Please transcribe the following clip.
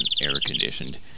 air-conditioned